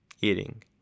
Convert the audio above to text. eating